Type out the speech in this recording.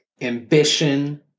ambition